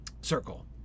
circle